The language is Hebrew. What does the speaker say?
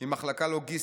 עם מחלקה לוגיסטית,